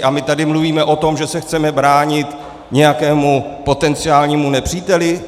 A my tady mluvíme o tom, že se chceme bránit nějakému potenciálnímu nepříteli?